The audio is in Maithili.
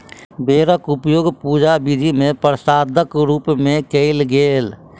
बेरक उपयोग पूजा विधि मे प्रसादक रूप मे कयल गेल